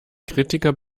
kritiker